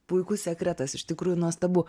puikus sekretas iš tikrųjų nuostabu